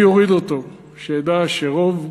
אני אוריד אותו כשאדע שרוב,